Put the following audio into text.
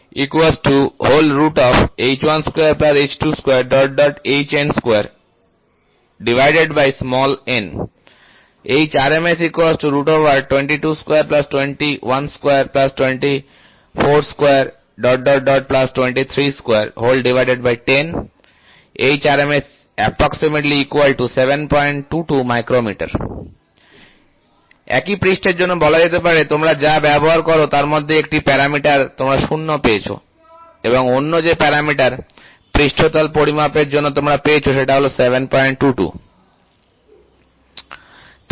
hRMS 22221224223210 hRMS≈722 µm একই পৃষ্ঠের জন্য বলা যেতে পারে তোমরা যা ব্যবহার করো তার মধ্যে একটা প্যারামিটার তোমরা 0 পেয়েছো এবং অন্য যে প্যারামিটার পৃষ্ঠতল পরিমাপের জন্য তোমরা পেয়েছো সেটা হলো 722